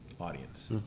audience